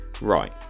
Right